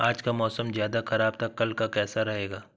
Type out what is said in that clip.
आज का मौसम ज्यादा ख़राब था कल का कैसा रहेगा?